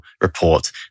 report